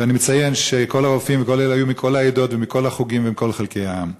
ואני מציין שהרופאים היו מכל העדות ומכל החוגים ומכל חלקי העם.